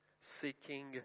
Seeking